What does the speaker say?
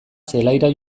zelaira